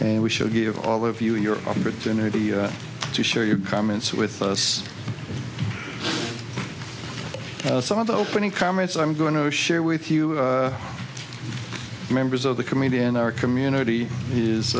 we should give all of you in your opportunity to share your comments with us some of the opening comments i'm going to share with you members of the comedian our community